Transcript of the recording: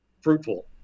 fruitful